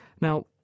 Now